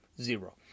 Zero